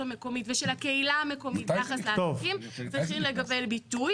המקומית ושל הקהילה המקומית צריכים לקבל ביטוי.